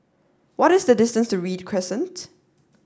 what is the distance to Read Crescent